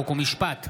חוק ומשפט,